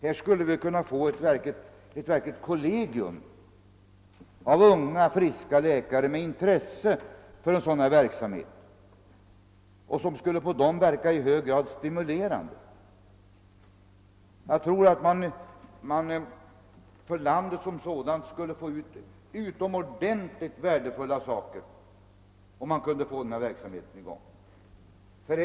Här skulle vi kunna få ett verkligt kollegium av unga friska läkare med intresse för en sådan verksamhet, som på dem skulle verka i hög grad stimulerande. Jag tror att man för landet i dess helhet skulle få ut utomordentligt värdefulla ting, om denna verksamhet kunde komma i gång.